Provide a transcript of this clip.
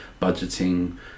budgeting